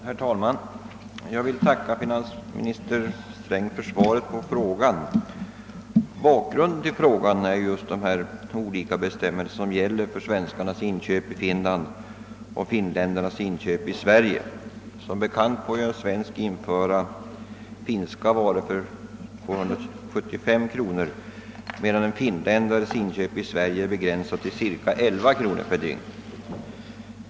Herr talman! Jag vill tacka finansminister Sträng för svaret på min fråga. Bakgrunden till frågan är just de olika bestämmelser som gäller för svenskarnas inköp i Finland och finländarnas inköp i Sverige. Som bekant får en svensk införa finska varor för 275 kronor, medan en finländares inköp i Sverige är begränsat till cirka 11 kronor per dygn.